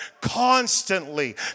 constantly